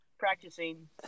practicing